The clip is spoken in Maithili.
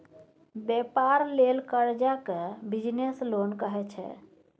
बेपार लेल करजा केँ बिजनेस लोन कहै छै